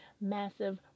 massive